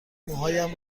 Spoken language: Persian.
موهایم